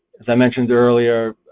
as i mentioned the earlier,